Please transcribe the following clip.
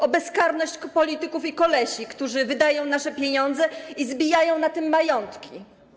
O bezkarność polityków i kolesi, którzy wydają nasze pieniądze i zbijają na tym majątki?